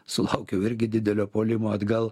sulaukiau irgi didelio puolimo atgal